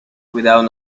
without